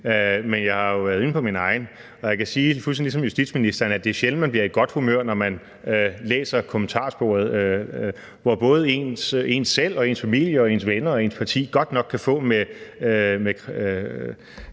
men jeg har jo været inde på min egen, og jeg kan sige fuldstændig ligesom justitsministeren, at det er sjældent, man bliver i godt humør, når man læser kommentarsporet, hvor både en selv, ens familie, ens venner og ens parti godt nok kan få med